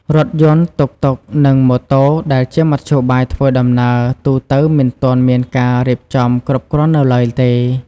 រថយន្ត តុកតុក និងម៉ូតូ ដែលជាមធ្យោបាយធ្វើដំណើរទូទៅមិនទាន់មានការរៀបចំគ្រប់គ្រាន់នៅឡើយទេ។